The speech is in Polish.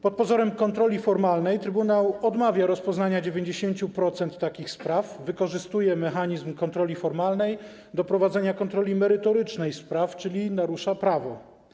Pod pozorem kontroli formalnej trybunał odmawia rozpoznania 90% takich spraw, wykorzystuje mechanizm kontroli formalnej do prowadzenia kontroli merytorycznej spraw, czyli narusza prawo.